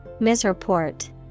Misreport